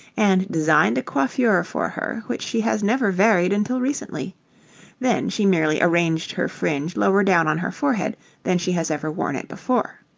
and designed a coiffure for her which she has never varied until recently then she merely arranged her fringe lower down on her forehead than she has ever worn it before.